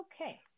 Okay